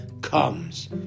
comes